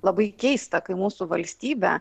labai keista kai mūsų valstybe